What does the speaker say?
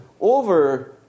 over